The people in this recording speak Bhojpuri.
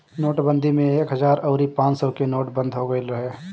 नोटबंदी में एक हजार अउरी पांच सौ के नोट बंद हो गईल रहे